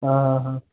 हां